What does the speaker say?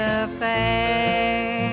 affair